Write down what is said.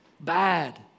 Bad